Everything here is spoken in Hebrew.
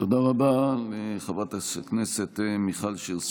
תודה רבה לחברת הכנסת מיכל שיר סגמן.